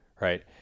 Right